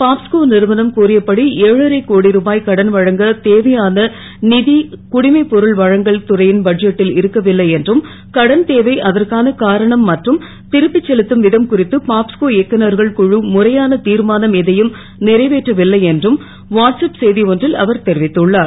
பாப்ஸ்கோ றுவனம் கோரியபடி ஏழரை கோடி ருபா கடன் வழங்க தேவையான குடிமைப் பொருள் வழங்கல் துறை ன் பட்ஜெட்டில் இருக்கவில்லை என்றும் கடன் தேவை அதற்கான காரணம் மற்றம் ருப்பி செலுத்தும் விதம் குறித்து பாப்ஸ்கோ இயக்குநர்கள் குழு முறையான தீர்மானம் எதையும் றைவேற்றவில்லை என்றும் வாட்ஸ் ஆப் செ ஒன்றில் அவர் தெரிவித்துள்ளார்